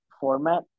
format